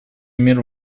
мир